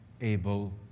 able